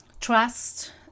trust